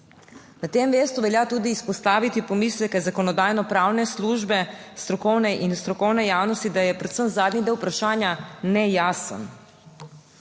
Na tem mestu velja tudi izpostaviti pomisleke Zakonodajno-pravne službe, strokovne… in strokovne javnosti, da je predvsem zadnji del vprašanja nejasen.